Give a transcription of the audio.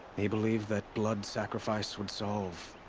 he believed that blood sacrifice would solve.